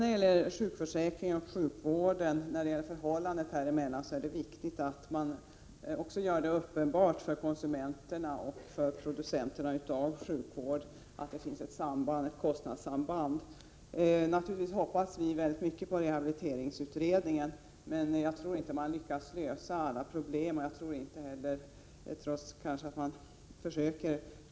När det gäller förhållandet mellan sjukförsäkringen och sjukvården är det viktigt att man gör uppenbart för konsumenterna och producenterna av sjukvård att det finns ett kostnadssamband. Vi hoppas mycket på rehabiliteringsutredningen. Men jag tror inte att man lyckas lösa alla problem där, trots att man försöker.